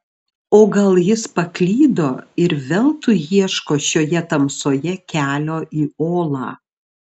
o gal jis paklydo ir veltui ieško šioje tamsoje kelio į olą